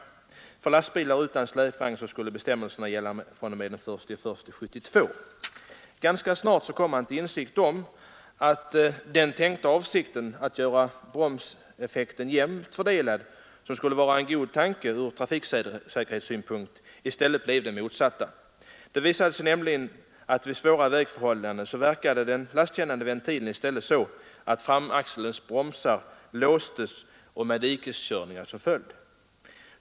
För lastbilar utan släpvagn skulle bestämmelserna gälla fr.o.m. den 1 januari 1972. Avsikten var att göra bromseffekten jämnt fördelad, vilket skulle vara en god tanke från trafiksäkerhetssynpunkt. Ganska snart kom man emellertid till insikt om att effekten i stället blev den motsatta. Det visade sig nämligen att den lastkännande ventilen vid svåra vägförhållanden i stället verkade så att framaxeins bromsar låstes, med dikeskörningar som följd.